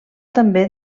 també